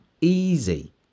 Easy